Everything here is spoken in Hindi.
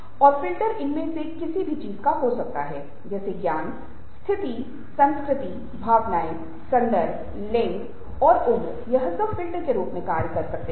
और फिल्टर इनमें से किसी भी चीज का हो सकता है जैसे ज्ञान स्थिति संस्कृति भावनाएं संदर्भ लिंग और उम्र यह सब फिल्टर के रूप में कार्य कर सकते है